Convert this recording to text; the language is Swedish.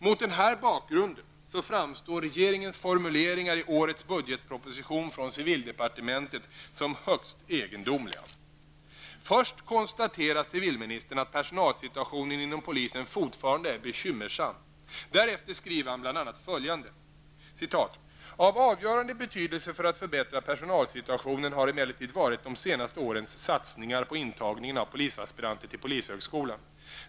Mot den bakgrunden framstår regeringens formuleringar i årets budgetproposition från civildepartementet som högst egendomliga. Först konstaterar civilministern att personalsituationen inom polisen är fortfarande ''bekymmersam''. Därefter skriver han bl.a. följande: ''Av avgörande betydelse för att förbättra personalsituationen har emellertid varit de senaste årens satsningar på intagningen av polisaspiranter till polishögskolan.